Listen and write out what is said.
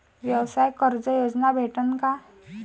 व्यवसाय कर्ज योजना भेटेन का?